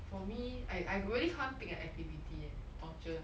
for me I I got really can't pick an activity eh torture